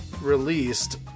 released